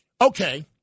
Okay